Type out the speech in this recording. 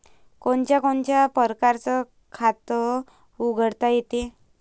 कोनच्या कोनच्या परकारं खात उघडता येते?